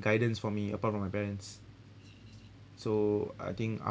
guidance for me apart from my parents so I think after